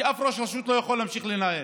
כי אף ראש רשות לא יכול להמשיך לנהל,